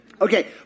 Okay